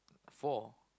four